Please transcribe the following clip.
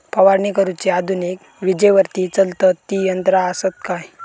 फवारणी करुची आधुनिक विजेवरती चलतत ती यंत्रा आसत काय?